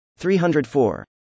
304